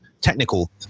technical